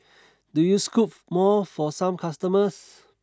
do you scoop more for some customers